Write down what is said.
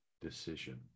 decision